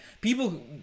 people